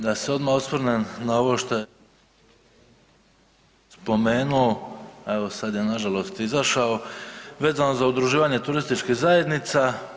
Da se odma osvrnem na ovo što je …/Govornik isključen/…spomenuo, evo sad je nažalost izašao, vezano za udruživanje turističkih zajednica.